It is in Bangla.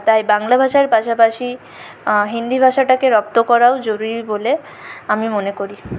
তাই বাংলা ভাষার পাশাপাশি হিন্দি ভাষাটাকে রপ্ত করাও জরুরি বলে আমি মনে করি